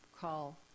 call